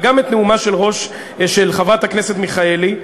אבל גם את נאומה של חברת הכנסת מיכאלי,